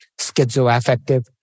schizoaffective